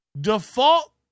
default